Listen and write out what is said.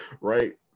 right